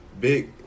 big